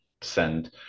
send